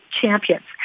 champions